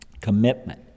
Commitment